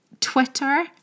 Twitter